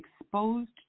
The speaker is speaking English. exposed